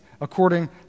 according